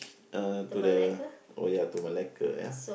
Uh to the oh ya to Malacca ya